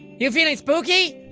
you feeling spooky?